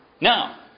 Now